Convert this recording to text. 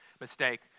mistake